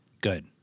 Good